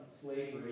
slavery